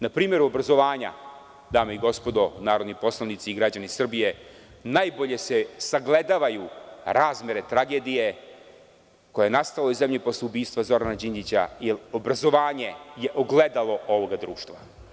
Na primeru obrazovanja, dame i gospodo narodni poslanici i građani Srbije, najbolje se sagledavaju razmere tragedije koja je nastala u ovoj zemlji posle ubistva Zorana Đinđića, jer obrazovanje je ogledalo ovog društva.